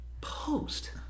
Post